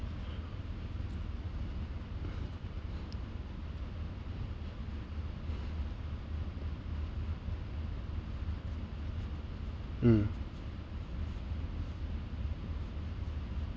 mm